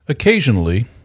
Occasionally